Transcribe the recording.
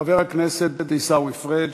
חבר הכנסת עיסאווי פריג',